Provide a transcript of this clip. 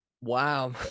Wow